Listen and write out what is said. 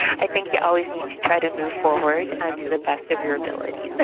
i think you always need to try to move forward and to the best of your ability.